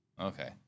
Okay